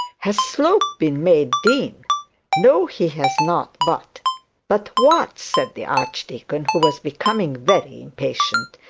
has slope been made dean no, he has not but but what said the archdeacon, who was becoming very impatient.